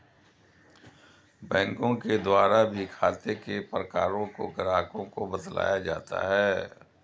बैंकों के द्वारा भी खाते के प्रकारों को ग्राहकों को बतलाया जाता है